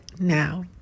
now